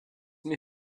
mir